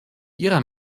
ihrer